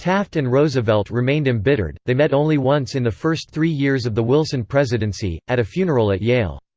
taft and roosevelt remained embittered they met only once in the first three years of the wilson presidency, at a funeral at yale.